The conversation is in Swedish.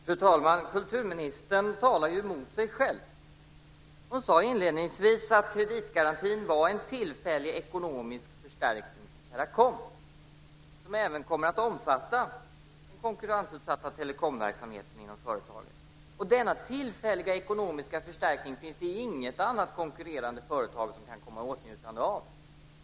Fru talman! Kulturministern talar emot sig själv. Hon sade inledningsvis att kreditgarantin var en tillfällig ekonomisk förstärkning till Teracom, som även kommer att omfatta den konkurrensutsatta telekomverksamheten inom företaget. Denna tillfälliga ekonomiska förstärkning finns det inget annat konkurrerande företag som kan komma i åtnjutande av.